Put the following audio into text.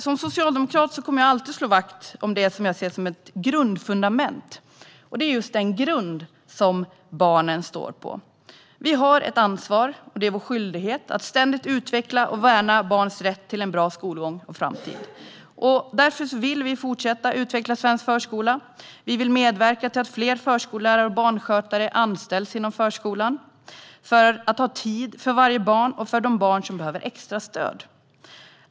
Som socialdemokrat kommer jag alltid att slå vakt om det som jag ser som ett grundfundament. Det är den grund som barnen står på. Vi har ett ansvar, och det är vår skyldighet, att ständigt utveckla och värna barns rätt till en bra skolgång och framtid. Vi vill därför fortsätta att utveckla svensk förskola. Vi vill medverka till att fler förskollärare och barnskötare anställs inom förskolan för att ha tid för varje barn och för de barn som behöver extra stöd.